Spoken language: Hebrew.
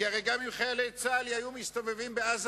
כי הרי גם אם חיילי צה"ל היו מסתובבים בעזה